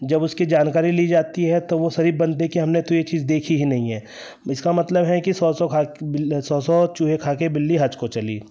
जब उसकी जानकारी ली जाती है तो वो शरीफ बनते हैं कि हमने तो यह चीज़ देखी ही नहीं है इसका मतलब है कि सौ सौ चूहे खाक बिल्ली सौ सौ चूहे खा कर बिल्ली हज को चली